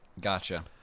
Gotcha